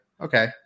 okay